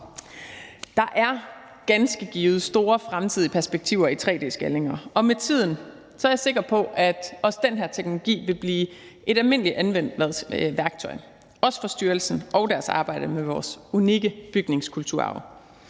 Der er ganske givet store fremtidige perspektiver i tre-d-scanninger, og med tiden er jeg sikker på, at også den her teknologi vil blive et almindeligt anvendt værktøj, også for styrelsen og deres arbejde med vores unikke bygningskulturarv.